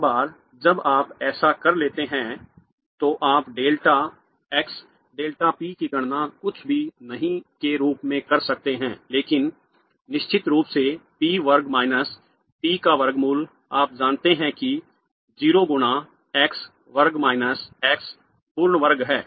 एक बार जब आप ऐसा कर लेते हैं तो आप डेल्टा x डेल्टा पी की गणना कुछ भी नहीं के रूप में कर सकते हैं लेकिन निश्चित रूप से p वर्ग माइनस p का वर्गमूल आप जानते हैं कि 0 गुना x वर्ग माइनस x पूर्ण वर्ग है